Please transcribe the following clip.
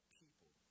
people